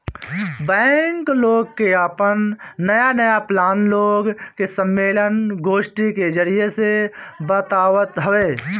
bank लोग के आपन नया नया प्लान लोग के सम्मलेन, गोष्ठी के जरिया से बतावत हवे